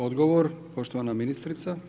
Odgovor poštovana ministrica.